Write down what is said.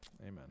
amen